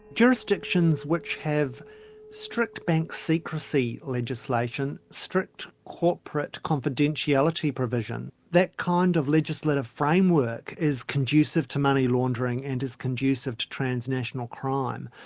jurisdictions which have have strict bank secrecy legislation, strict corporate confidentiality provision, that kind of legislative framework, is conducive to money laundering and is conducive to transnational crime.